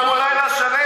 לילה שלם,